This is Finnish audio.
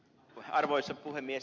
arvoisa puhemies